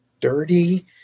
dirty